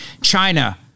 China